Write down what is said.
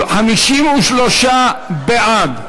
53 בעד,